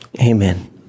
Amen